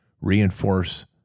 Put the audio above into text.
reinforce